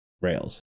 rails